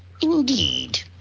indeed